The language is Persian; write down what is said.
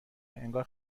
انگار